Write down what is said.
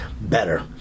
better